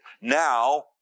Now